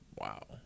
Wow